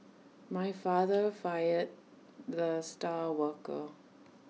my father fired the star worker